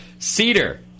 Cedar